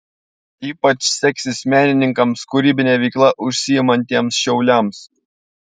ypač seksis menininkams kūrybine veikla užsiimantiems šauliams